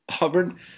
Auburn